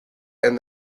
and